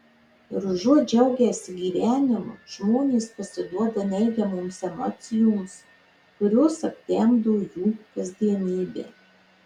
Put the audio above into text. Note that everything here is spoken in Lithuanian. ir užuot džiaugęsi gyvenimu žmonės pasiduoda neigiamoms emocijoms kurios aptemdo jų kasdienybę